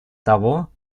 того